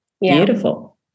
Beautiful